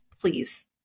please